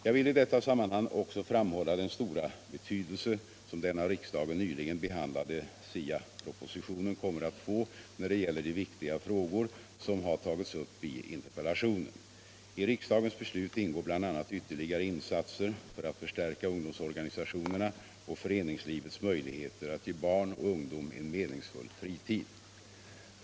Jag vill i detta sammanhang också framhålla den stora betydelse som den av riksdagen nyligen behandlade SIA-propositionen kommer att få när det gäller de viktiga frågor som har tagits upp i interpellationen. I riksdagens beslut ingår bl.a. ytterligare insatser för att stärka ungdoms organisationernas och föreningslivets möjligheter att ge barn och ungdom en meningsfull fritid.